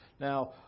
Now